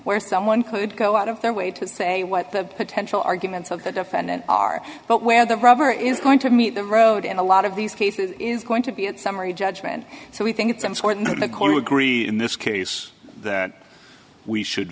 where someone could go out of their way to say what the potential arguments of the defendant are but where the rubber is going to meet the road in a lot of these cases is going to be a summary judgment so we think it's important that the court agree in this case that we should